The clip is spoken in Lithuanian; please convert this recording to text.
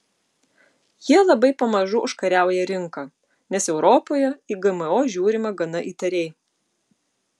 jie labai pamažu užkariauja rinką nes europoje į gmo žiūrima gana įtariai